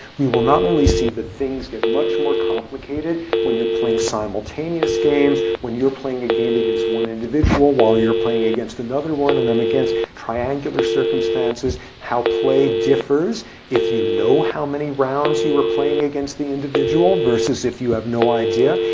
we will not only see that things get much more complicated when you're playing simultaneous games, when you're playing a game against one individual while you're playing against another one, and then against triangular circumstances. how play differs if you know how many rounds you are playing against the individual versus if you have no idea.